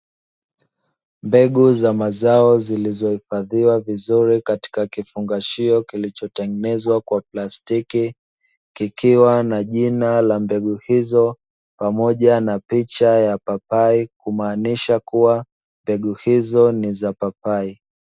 Mbegu za mazao zilizohifadhiwa vizuri katika kifungashio kilichotengenezwa kwa plastiki, kikiwa na jina la mbegu hizo pamoja na picha ya papai. Kumaanisha kuwa ni mbegu hizo ni za papai.